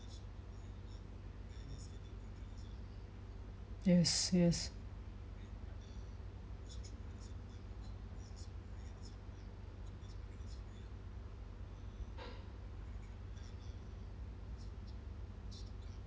yes yes